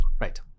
Right